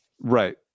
Right